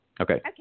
Okay